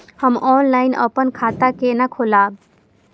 हम ऑनलाइन अपन खाता केना खोलाब?